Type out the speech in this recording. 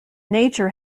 nature